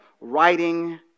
writing